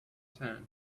sand